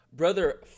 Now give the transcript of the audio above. Brother